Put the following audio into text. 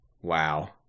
Wow